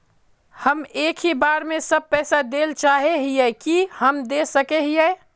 हम एक ही बार सब पैसा देल चाहे हिये की हम दे सके हीये?